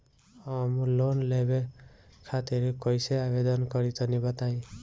हम लोन लेवे खातिर कइसे आवेदन करी तनि बताईं?